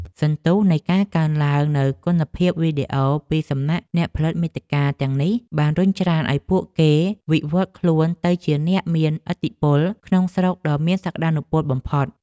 សន្ទុះនៃការកើនឡើងនូវគុណភាពវីដេអូពីសំណាក់អ្នកផលិតមាតិកាទាំងនេះ បានរុញច្រានឱ្យពួកគេវិវឌ្ឍខ្លួនទៅជាអ្នកមានឥទ្ធិពលក្នុងស្រុកដ៏មានសក្តានុពលបំផុត។